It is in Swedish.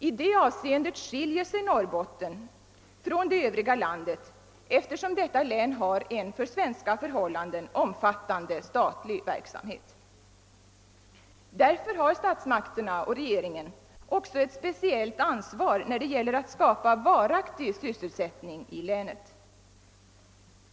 I detta avseende skiljer sig Norrbotten från det övriga landet, eftersom detta län har en för svenska förhållanden omfattande statlig verksamhet. Därför har statsmakterna och regeringen också ett speciellt ansvar när det gäller att skapa varaktig sysselsättning i länet.